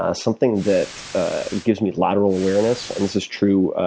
ah something that gives me lateral awareness, and this is true.